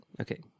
Okay